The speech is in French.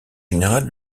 général